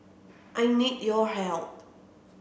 I need your help